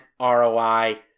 ROI